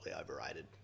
overrated